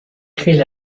créent